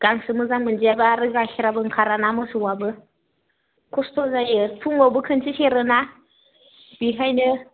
गांसो मोजां मोनजायाब्ला आरो गाइखेराबो ओंखाराना मोसौआबो खस्थ' जायो फुङावबो खोनसे सेरोना बेखायनो